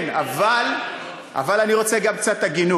אני שמח להצטרף, כן, אבל אני רוצה גם קצת הגינות.